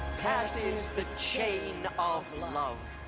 passes the chain of love.